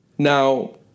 Now